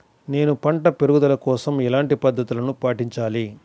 నేను పంట పెరుగుదల కోసం ఎలాంటి పద్దతులను పాటించాలి?